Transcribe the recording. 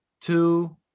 two